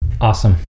Awesome